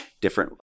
different